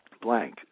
blank